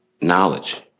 knowledge